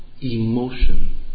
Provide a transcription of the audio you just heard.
emotion